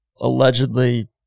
allegedly